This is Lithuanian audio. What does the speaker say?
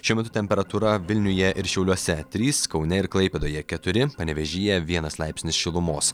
šiuo metu temperatūra vilniuje ir šiauliuose trys kaune ir klaipėdoje keturi panevėžyje vienas laipsnis šilumos